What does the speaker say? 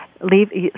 leave